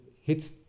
hits